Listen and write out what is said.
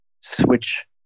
Switch